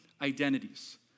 identities